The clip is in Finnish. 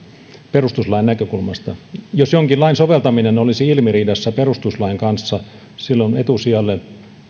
perustuslain näkökulmasta jos jonkin lain soveltaminen olisi ilmiriidassa perustuslain kanssa silloin etusijalle